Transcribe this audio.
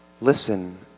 listen